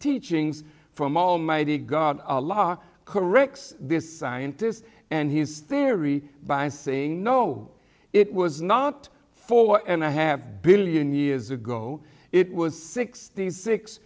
teachings from almighty god a law corrects this scientist and his theory by saying no it was not four and i have billion years ago it was sixty six